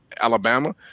Alabama